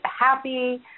happy